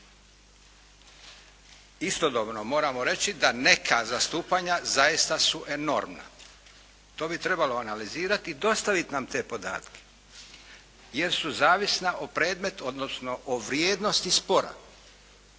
Istodobno moramo reći da neka zastupanja zaista su enormna. To bi trebalo analizirati i dostaviti nam te podatke, jer su zavisna o predmetu,